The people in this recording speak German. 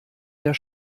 der